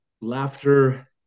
laughter